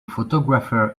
photographer